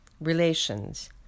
relations